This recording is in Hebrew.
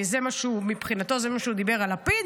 כי מבחינתו זה מה שהוא דיבר על לפיד,